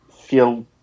feel